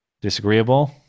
Disagreeable